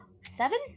Seven